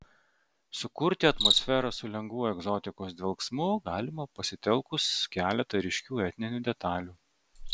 sukurti atmosferą su lengvu egzotikos dvelksmu galima pasitelkus keletą ryškių etninių detalių